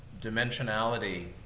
Dimensionality